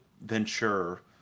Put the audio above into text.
venture